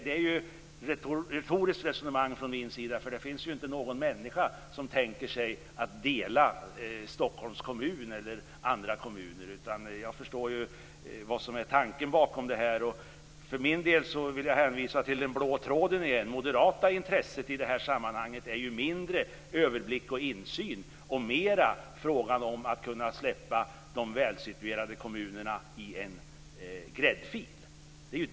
Det är dock ett retoriskt resonemang från mig - det finns ju inte någon människa som tänker sig att t.ex. Stockholms kommun skall delas. Jag förstår vad som är tanken bakom det här. För min del vill jag återigen hänvisa till "den blå tråden". Det moderata intresset i det här sammanhanget gäller ju mindre av överblick och insyn och är mera en fråga om att kunna släppa in de välsituerade kommunerna i en gräddfil.